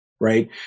Right